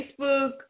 Facebook